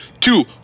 two